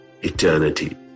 eternity